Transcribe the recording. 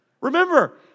Remember